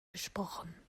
gesprochen